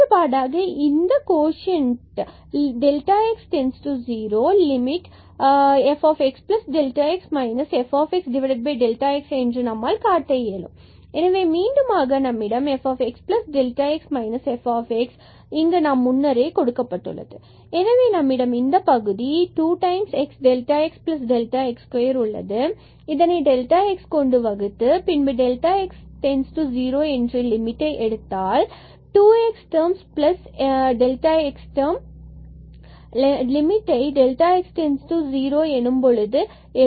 மாறுபாடாக இது இந்த கோஷன்ட் x→0fxx fx என்று நம்மால் காட்ட இயலும் எனவே மீண்டுமாக நம்மிடம்fxx fx இங்கு நாம் முன்னரே கொடுக்கப்பட்டுள்ளது எனவே நம்மிடம் இந்தப் பகுதி 2xxΔx2 உள்ளது இதனை x வகுத்தால் பின்பு x→ 0 லிமிட்டை எடுத்தால் 2 x x term லிமிட்டை எடுத்தால் x→0